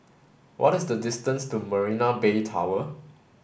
what is the distance to Marina Bay Tower